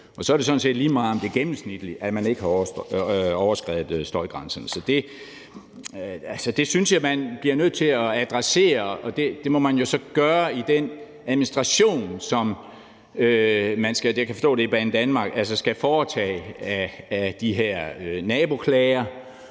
det sådan set lige meget, at man gennemsnitligt ikke har overskredet støjgrænserne. Det synes jeg man bliver nødt til at adressere, og det må man jo så gøre i den administration, som man skal foretage, og jeg kan